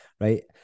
right